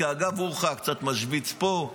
אגב אורחא משוויץ קצת פה,